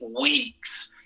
weeks